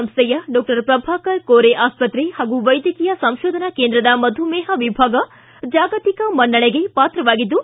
ಸಂಸೈಯ doctor Prabhakar Kore ಆಸ್ಪತ್ರೆ ಹಾಗೂ ವೈದ್ಯಕೀಯ ಸಂಶೋಧನಾ ಕೇಂದ್ರದ ಮಧುಮೇಹ ವಿಭಾಗ ಜಾಗತಿಕ ಮನ್ನಣೆಗೆ ಪಾತ್ರವಾಗಿದ್ದು